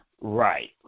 Right